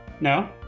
No